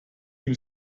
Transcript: ihm